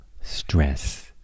stress